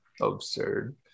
Absurd